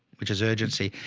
which is urgency.